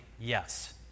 Yes